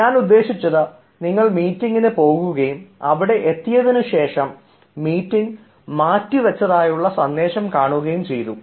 ഞാൻ ഉദ്ദേശിച്ചത് നിങ്ങൾ മീറ്റിങ്ങിന് പോവുകയും അവിടെ എത്തിയതിനുശേഷം മീറ്റിംഗ് മാറ്റിവെച്ചതായുള്ള സന്ദേശം കാണുകയും ചെയ്തു